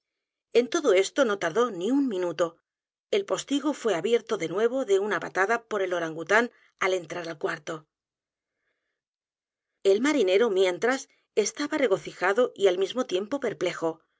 en todo esto no tardó ni un minuto el postigo fué abierto de nuevo de una patada por el orangután al entrar al cuarto el marinero mientras estaba regocijado y al mismo tiempo perplejo